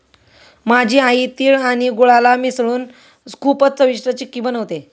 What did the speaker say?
माझी आई तिळ आणि गुळाला मिसळून खूपच चविष्ट चिक्की बनवते